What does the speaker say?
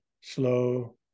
Slow